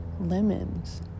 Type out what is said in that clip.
lemons